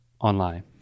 online